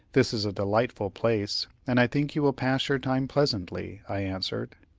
this is a delightful place, and i think you will pass your time pleasantly, i answered.